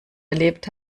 erlebt